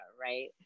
right